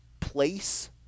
place